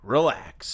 Relax